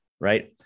right